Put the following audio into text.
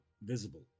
visible